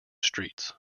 streets